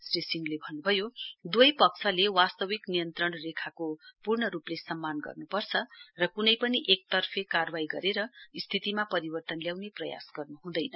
वहाँले भन्नुभयो दुवै पक्षले वास्तविक नियन्त्रण रेखाको पूर्ण रुपले सम्मान गर्नुपर्छ र कुनै पनि एकतर्फे कारवाई गरेर स्थितिमा परिवर्तन ल्याउने प्रयास गर्नुहँदैन